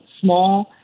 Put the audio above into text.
small